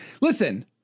Listen